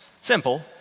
Simple